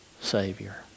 Savior